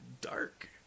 dark